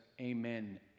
amen